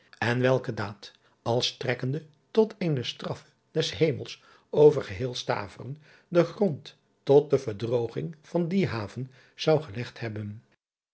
en welke daad als strekkende tot eene straffe des emels over geheel taveren den grond tot de verdrooging van die haven zou gelegd hebben